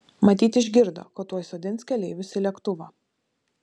matyt išgirdo kad tuoj sodins keleivius į lėktuvą